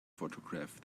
photograph